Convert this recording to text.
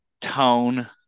tone